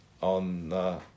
on